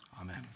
Amen